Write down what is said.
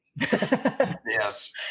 yes